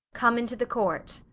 come into the court